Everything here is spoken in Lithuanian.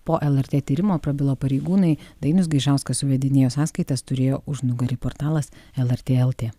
po lrt tyrimo prabilo pareigūnai dainius gaižauskas suvedinėjo sąskaitas turėjo užnugarį portalas lrt lt